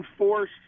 enforce